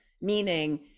meaning